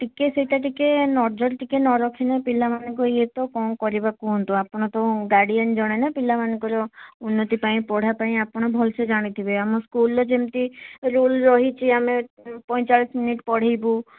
ଟିକିଏ ସେଇଟା ଟିକିଏ ନଜର ଟିକିଏ ନ ରଖିଲେ ପିଲାମାନଙ୍କ ଇଏ ତ କ'ଣ କରିବା କୁହନ୍ତୁ ଆପଣ ତ ଗାର୍ଡ଼ିଆନ୍ ଜଣେନା ପିଲାମାନଙ୍କର ଉନ୍ନତିପାଇଁ ପଢ଼ାପାଇଁ ଆପଣ ଭଲସେ ଜାଣିଥିବେ ଆମ ସ୍କୁଲ୍ରେ ଯେମିତି ରୁଲ୍ ରହିଛି ଆମେ ପଇଁଚାଳିଶ ମିନିଟ୍ ପଢ଼େଇବୁ